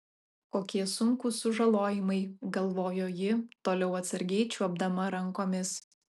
kokie sunkūs sužalojimai galvojo ji toliau atsargiai čiuopdama rankomis